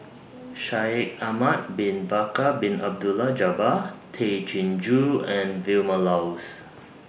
Shaikh Ahmad Bin Bakar Bin Abdullah Jabbar Tay Chin Joo and Vilma Laus